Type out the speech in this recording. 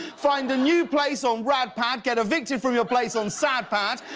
find a new place on radpad, get evicted from your place on sadpad,